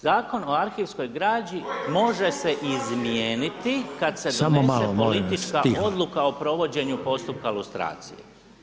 Zakon o arhivskoj građi može se izmijeniti kada se donese politička odluka o provođenju postupka lustracije.